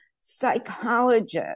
psychologist